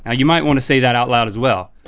ah you might wanna say that out loud as well.